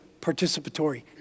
participatory